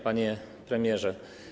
Panie Premierze!